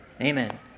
Amen